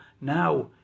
now